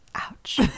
ouch